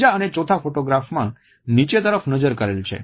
ત્રીજા અને ચોથા ફોટોગ્રાફમાં નીચે તરફ નજર કરેલ છે